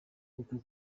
uku